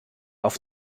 auf